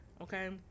Okay